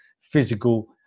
physical